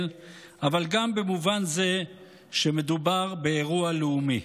אבל גם במובן זה שמדובר באירוע לאומי.